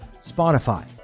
Spotify